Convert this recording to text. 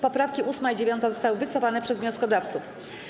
Poprawki 8. i 9. zostały wycofane przez wnioskodawców.